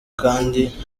kandi